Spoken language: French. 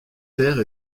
terres